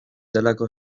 delako